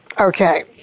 Okay